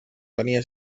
tenia